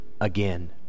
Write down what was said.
again